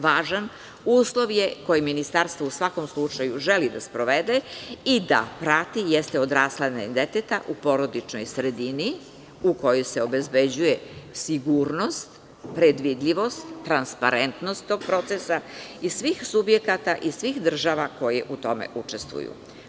Važan uslov je, koje ministarstvo u svakom slučaju želi da sprovede i da prati, jeste odrastanje deteta u porodičnoj sredini u kojoj se obezbeđuje sigurnost, predvidljivost, transparentnost tog procesa i svih subjekata i svih država koje u tome učestvuju.